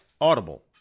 Audible